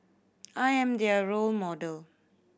I am their role model